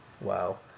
Wow